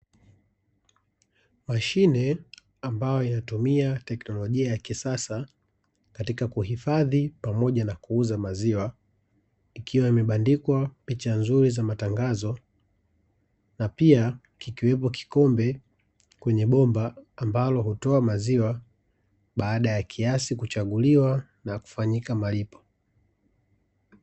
Mashine ambayo inatumia teknolojia ya kisasa katika kuhifadhi pamoja na kuuza maziwa, ikiwa imebandikwa picha nzuri za matangazo, na pia kikiwepo kikombe kwenye bomba ambalo hutoa maziwa baada ya kiasi kuchaguliwa na kufanyika malipo.